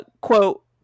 quote